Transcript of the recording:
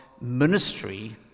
ministry